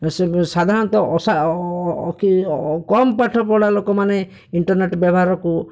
ସିବ ସାଧାରଣତଃ କମ୍ ପାଠ ପଢ଼ା ଲୋକମାନେ ଇଣ୍ଟର୍ନେଟ ବ୍ୟବହାରକୁ